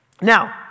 Now